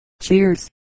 Cheers